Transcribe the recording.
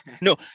no